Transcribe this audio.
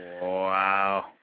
Wow